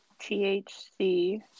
THC